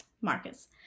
Marcus